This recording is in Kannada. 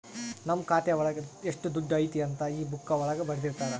ನಮ್ ಖಾತೆ ಒಳಗ ಎಷ್ಟ್ ದುಡ್ಡು ಐತಿ ಅಂತ ಈ ಬುಕ್ಕಾ ಒಳಗ ಬರ್ದಿರ್ತರ